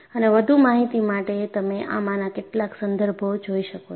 અને વધુ માહિતી માટે તમે આમાંના કેટલાક સંદર્ભો જોઈ શકો છો